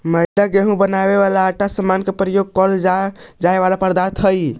मैदा गेहूं से बनावल आटा के समान प्रयोग कैल जाए वाला पदार्थ हइ